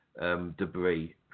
debris